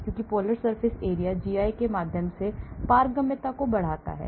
चूंकि polar surface area GI के माध्यम से पारगम्यता बढ़ाता है